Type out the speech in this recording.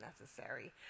necessary